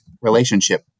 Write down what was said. relationship